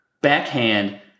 backhand